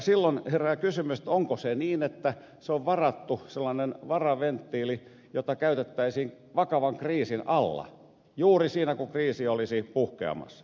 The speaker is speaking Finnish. silloin herää kysymys että onko se niin että se on sellainen varaventtiili jota käytettäisiin vakavan kriisin alla juuri siinä kun kriisi olisi puhkeamassa